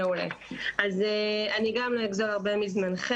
אז אני גם לא אגזול הרבה מזמנכם.